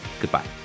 Goodbye